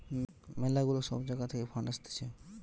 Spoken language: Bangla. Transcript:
ম্যালা গুলা সব জাগা থাকে ফান্ড আসতিছে